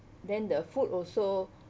then the food also